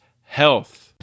health